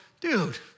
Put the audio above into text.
dude